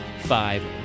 five